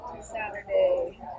Saturday